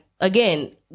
again